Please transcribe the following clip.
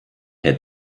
herr